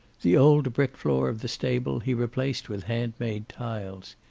the old brick floor of the stable he replaced with handmade tiles.